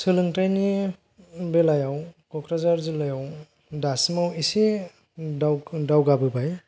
सोलोंथाइनि बेलायाव क'क्राझार जिल्लायाव दासिमाव एसे दावगाबोबाय